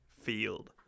field